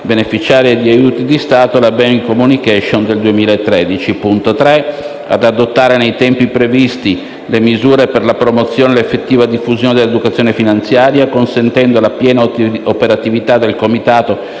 beneficiarie di aiuti di Stato, la Banking Communication del 2013; 3) ad attuare nei tempi previsti le misure per la promozione e l'effettiva diffusione dell'educazione finanziaria - consentendo la piena operatività del comitato